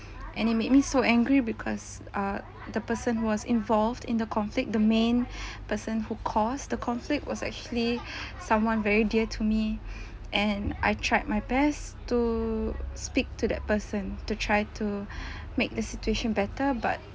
and it made me so angry because uh the person who was involved in the conflict the main person who caused the conflict was actually someone very dear to me and I tried my best to speak to that person to try to make the situation better but